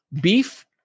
beef